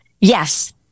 yes